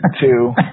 two